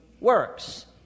works